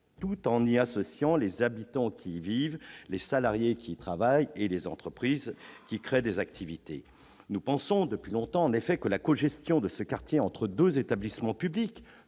tout en y associant les habitants qui y vivent, les salariés qui y travaillent et les entreprises qui y créent des activités. Nous pensons depuis longtemps que la cogestion de ce quartier entre deux établissements publics-